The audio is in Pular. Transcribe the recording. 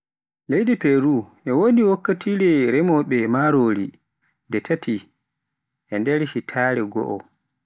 Leydi peru e wodi wakkatire remowoobe marori nde tati hitande goo.